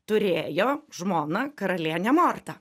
turėjo žmoną karalienę mortą